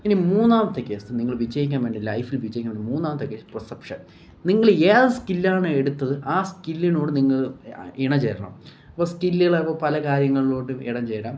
ഇനി മൂന്നാമത്തെ കേസ് നിങ്ങൾ വിജയിക്കാൻ വേണ്ടി ലൈഫിൽ വിജയിക്കാൻ വേണ്ടി മൂന്നാമത്തെ കേസ് പ്രിസപ്ഷൻ നിങ്ങള് ഏത് സ്കില്ലാണ് എടുത്തത് ആ സ്കില്ലിനോട് നിങ്ങൾ ഇണ ചേരണം അപ്പോള് സ്കില്ലുകളാകുമ്പോള് പല കാര്യങ്ങളിലോട്ടും ഇണ ചേരാം